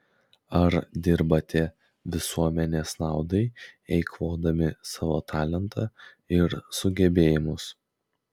ar dirbate visuomenės naudai eikvodami savo talentą ir sugebėjimus